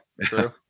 True